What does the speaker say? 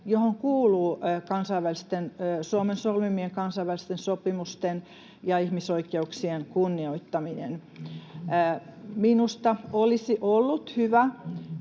johon kuuluu Suomen solmimien kansainvälisten sopimusten ja ihmisoikeuksien kunnioittaminen. Minusta olisi ollut hyvä,